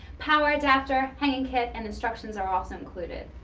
power adaptor, hanging kit and instructions are also included.